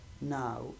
Now